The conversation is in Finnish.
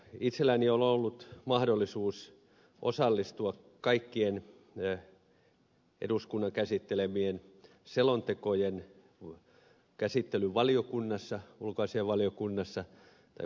itselläni on ollut mahdollisuus osallistua kaikkien eduskunnan käsittelemien selontekojen käsittelyyn valiokunnassa ulkoasiainvaliokunnassa ja puolustusvaliokunnassa